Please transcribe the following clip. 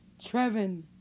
Trevin